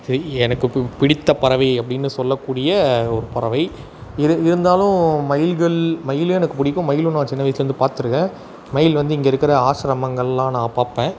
செ எனக்கு பு பிடித்த பறவை அப்படின்னு சொல்லக்கூடிய ஒரு பறவை இரு இருந்தாலும் மயில்கள் மயிலும் எனக்கு பிடிக்கும் மயிலும் நான் சின்ன வயசிலேருந்து பார்த்துருக்கேன் மயில் வந்து இங்கே இருக்கிற ஆசிரமங்களெலாம் நான் பார்ப்பேன்